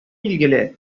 билгеле